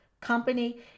company